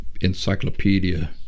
encyclopedia